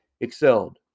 excelled